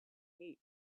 hate